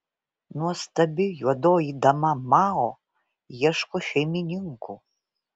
nuostabi juodoji dama mao ieško šeimininkų